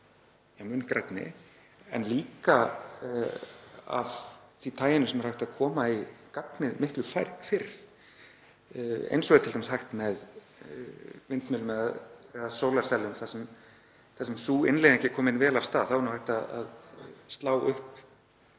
mun grænni en líka af því taginu sem er hægt að koma í gagnið miklu fyrr eins og er t.d. hægt með vindmyllum eða sólarsellum þar sem sú innleiðing er komin vel af stað. Þá væri hægt að slá